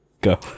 go